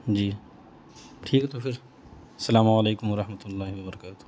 جی ٹھیک ہے تو پھر السلام علیکم و رحمتہ اللہ و برکاتہ